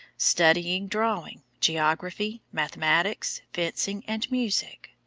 studying drawing, geography, mathematics, fencing, and music.